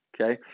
okay